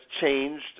changed